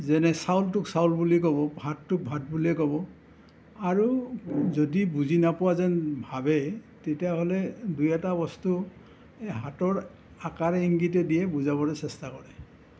যেনে চাউলটোক চাউল বুলি ক'ব ভাতটোক ভাত বুলিয়েই ক'ব আৰু যদি বুজি নোপোৱা যেন ভাবে তেতিয়াহ'লে দুই এটা বস্তু এই হাতৰ আকাৰে ইংগিতেদিয়ে বুজাবলৈ চেষ্টা কৰে